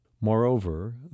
Moreover